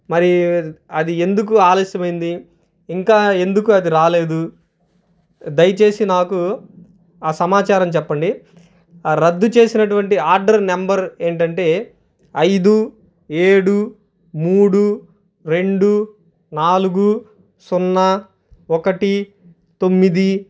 మరి అది ఎందుకు ఆలస్యం అయింది ఇంకా ఎందుకు అది రాలేదు దయచేసి నాకు ఆ సమాచారం చెప్పండి రద్దు చేసినటువంటి ఆర్డర్ నెంబర్ ఏంటంటే ఐదు ఏడు మూడు రెండు నాలుగు సున్నా ఒకటి తొమ్మిది